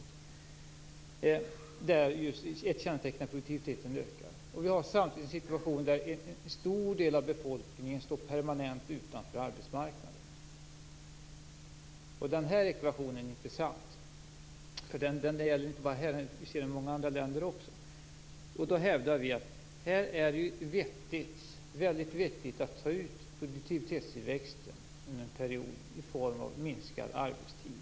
Ett kännetecken är just att produktiviteten ökar. Men samtidigt står en stor del av befolkningen permanent utanför arbetsmarknaden. Den ekvationen är intressant, och detta gäller inte bara i vårt land utan också i många andra länder. Vi hävdar att det är väldigt vettigt att under den här perioden ta ut produktivitetstillväxten i form av minskad arbetstid.